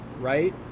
right